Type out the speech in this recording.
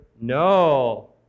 no